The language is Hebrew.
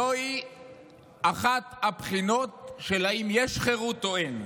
זוהי אחת הבחינות של האם יש חירות או אין.